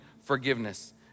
forgiveness